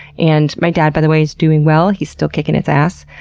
and my dad, by the way, he's doing well. he's still kicking its ass.